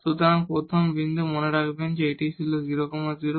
সুতরাং প্রথম বিন্দু মনে রাখবেন এটি ছিল 00